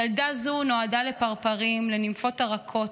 // ילדה זו נועדה לפרפרים, / לנימפות הרכות.